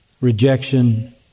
rejection